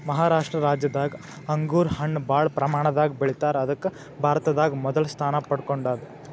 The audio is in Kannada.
ಮಹಾರಾಷ್ಟ ರಾಜ್ಯದಾಗ್ ಅಂಗೂರ್ ಹಣ್ಣ್ ಭಾಳ್ ಪ್ರಮಾಣದಾಗ್ ಬೆಳಿತಾರ್ ಅದಕ್ಕ್ ಭಾರತದಾಗ್ ಮೊದಲ್ ಸ್ಥಾನ ಪಡ್ಕೊಂಡದ್